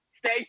Stay